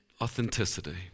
authenticity